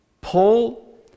Paul